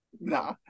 Nah